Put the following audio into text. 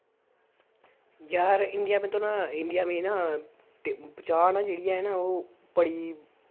यार इंडिया मे तो ना इंडिया में ना चाह् न जेह्ड़ी है ना ओह् बड़ी